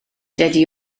dydy